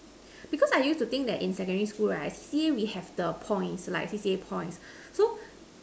because I used to think that in secondary school right C_C_A we have the points like C_C_A points so